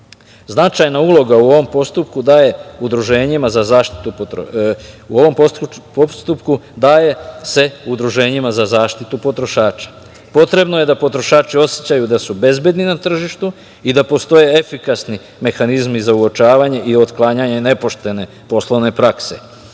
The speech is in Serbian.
Značajna uloga u ovom postupku daje se udruženjima za zaštitu potrošača. Potrebno je da potrošači osećaju da su bezbedni na tržištu i da postoje efikasni mehanizmi za uočavanje i otklanjanje nepoštene poslovne